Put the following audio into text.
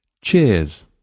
Cheers